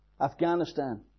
Afghanistan